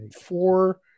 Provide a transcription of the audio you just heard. four